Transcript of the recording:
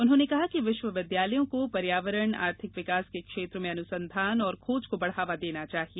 उन्होंने कहा कि विश्वविद्यालयों को पर्यावरण आर्थिक विकास के क्षेत्र में अनुसंधान और खोज को बढ़ावा देना चाहिए